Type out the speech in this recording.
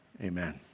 Amen